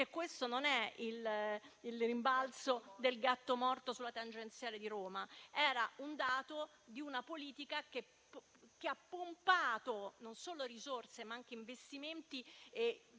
questo non è il rimbalzo del gatto morto sulla tangenziale di Roma: era un dato di una politica che ha pompato non solo risorse, ma anche investimenti strutturali